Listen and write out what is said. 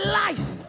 life